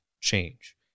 change